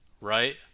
right